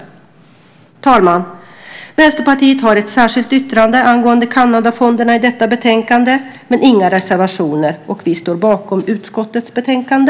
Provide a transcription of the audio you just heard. Herr talman! Vänsterpartiet har ett särskilt yttrande angående Kanadafonder i detta betänkande men inga reservationer. Vi står bakom utskottets betänkande.